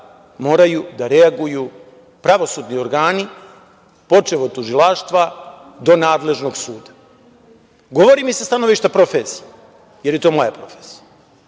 moraju da reaguju pravosudni organi, počev od tužilaštva do nadležnog suda? Govorim i sa stanovništva profesije jer je to moja profesija.